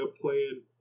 playing